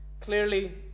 Clearly